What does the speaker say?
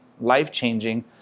life-changing